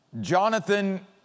Jonathan